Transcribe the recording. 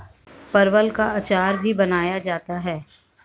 परवल का अचार भी बनाया जाता है